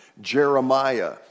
Jeremiah